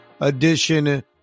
edition